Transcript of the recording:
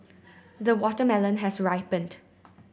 the watermelon has ripened